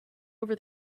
over